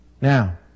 Now